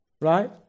right